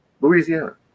Louisiana